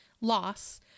loss